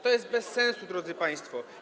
To jest bez sensu, drodzy państwo.